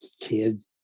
kid